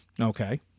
Okay